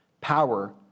power